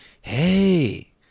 Hey